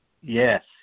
Yes